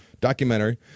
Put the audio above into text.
Documentary